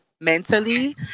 mentally